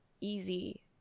easy